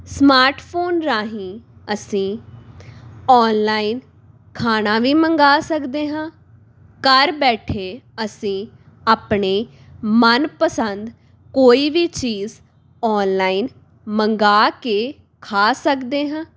smartphone ਰਾਹੀਂ ਅਸੀਂ online ਖਾਣਾ ਵੀ ਮੰਗਵਾ ਸਕਦੇ ਹਾਂ ਘਰ ਬੈਠੇ ਅਸੀਂ ਆਪਣੇ ਮਨ ਪਸੰਦ ਕੋਈ ਵੀ ਚੀਜ਼ ਔਨਲਾਈਨ ਮੰਗਵਾ ਕੇ ਖਾ ਸਕਦੇ ਹਾਂ